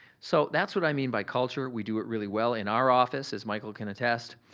so, that's what i mean by culture. we do it really well. in our office, as michael can attest,